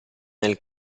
nel